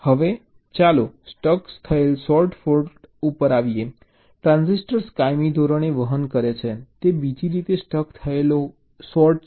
હવે ચાલો સ્ટક થયેલ શોર્ટ ફોલ્ટ ઉપર આવીએ ટ્રાન્ઝિસ્ટર કાયમી ધોરણે વહન કરે છે તે બીજી રીતે સ્ટક થયેલ ગયેલો શોર્ટ છે